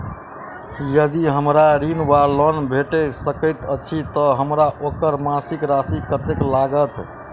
यदि हमरा ऋण वा लोन भेट सकैत अछि तऽ हमरा ओकर मासिक राशि कत्तेक लागत?